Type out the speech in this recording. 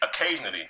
Occasionally